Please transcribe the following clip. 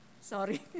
Sorry